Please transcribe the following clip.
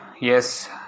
Yes